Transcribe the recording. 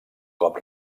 cop